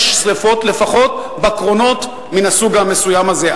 שרפות לפחות בקרונות מן הסוג המסוים הזה,